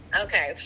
Okay